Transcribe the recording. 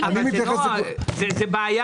זו בעיה